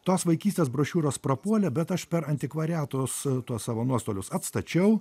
tos vaikystės brošiūros prapuolė bet aš per antikvariatus tuos savo nuostolius atstačiau